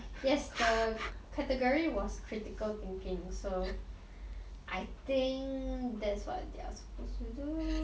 yes the category was critical thinking so I think that's what they are supposed to do